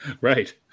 Right